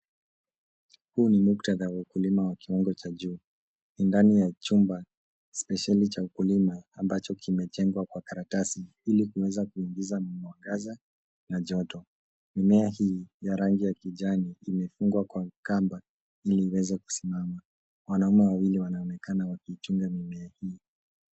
Huu ni muktadha wa ukulima wa kiwango cha juu ni ndani ya chumba spesheli cha ukulima ambacho kimejengwa kwa karatasi ili kuweza kuingiza mwangaza na joto. mmea hii ya rangi ya kijani imefungwa kwa kamba ili iweze kusimama, wanaume wawili wanaonekana wakichunga mimea hii.